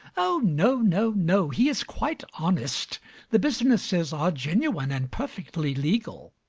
oh no, no, no. he is quite honest the businesses are genuine and perfectly legal.